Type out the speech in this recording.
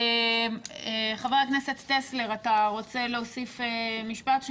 חבר הכנסת טסלר, אתה רוצה להוסיף משפט?